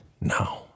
now